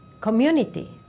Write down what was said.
community